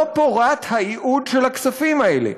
לא פורט הייעוד של הכספים האלה,